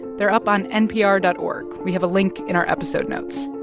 they're up on npr dot org. we have a link in our episode notes.